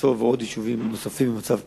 חצור ויישובים נוספים במצב קשה.